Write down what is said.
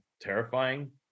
terrifying